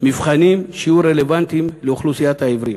מבחנים שיהיו רלוונטיים לאוכלוסיית העיוורים.